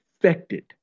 affected